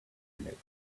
minutes